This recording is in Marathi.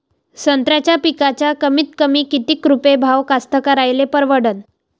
संत्र्याचा पिकाचा कमीतकमी किती रुपये भाव कास्तकाराइले परवडन?